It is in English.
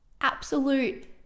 absolute